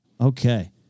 Okay